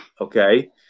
Okay